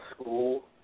school